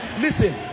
listen